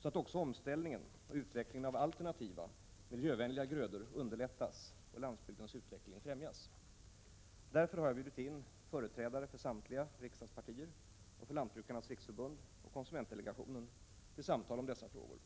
så att också omställningen och utvecklingen av alternativa, miljövänliga grödor underlättas och landsbygdens utveckling främjas. Därför har jag inbjudit företrädare för samtliga riksdagspartier och för Lantbrukarnas riksförbund och konsumentdelegationen till samtal om dessa frågor.